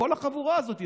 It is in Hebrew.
כל החבורה הזאת,